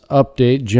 update